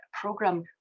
program